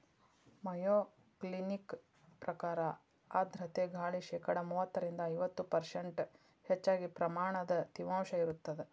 Mayo Clinic ಪ್ರಕಾರ ಆರ್ಧ್ರತೆ ಗಾಳಿ ಶೇಕಡಾ ಮೂವತ್ತರಿಂದ ಐವತ್ತು ಪರ್ಷ್ಂಟ್ ಹೆಚ್ಚಗಿ ಪ್ರಮಾಣದ ತೇವಾಂಶ ಇರತ್ತದ